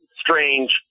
strange